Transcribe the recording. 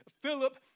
Philip